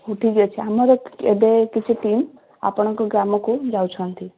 ହଉ ଠିକ୍ ଅଛି ଆମର ଏବେ କିଛି ଟିମ୍ ଆପଣଙ୍କ ଗ୍ରାମକୁ ଯାଉଛନ୍ତି